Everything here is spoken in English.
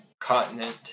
continent